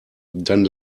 dann